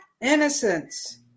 Innocence